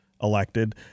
elected